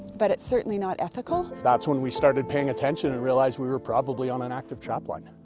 but it's certainly not ethical. that's when we started paying attention and realized we were probably on an active trapline.